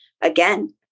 again